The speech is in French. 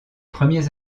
premiers